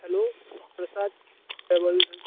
hello Prasad travels उलयतां